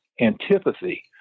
antipathy